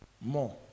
More